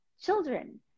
children